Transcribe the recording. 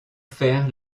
faire